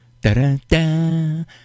Da-da-da